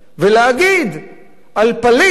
ולהגיד שעל פליט,